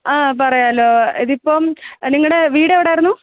ആ പറയാലോ ഇതിപ്പം നിങ്ങളുടെ വീടെവിടായിരുന്നു